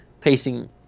pacing